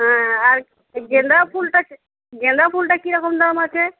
হ্যাঁ আর গেঁদা ফুলটা গেঁদা ফুলটা কীরকম দাম আছে